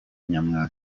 nyamwasa